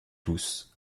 tous